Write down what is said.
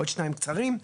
עוד שניים קצרים.